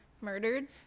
murdered